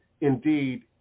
indeed